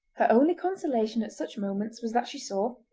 her only consolation at such moments was that she saw,